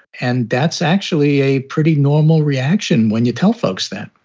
and that's actually a pretty normal reaction when you tell folks that.